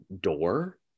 door